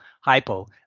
hypo